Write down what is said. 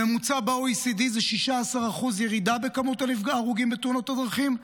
הממוצע ב-OECD זה 16% ירידה בכמות ההרוגים בתאונות הדרכים.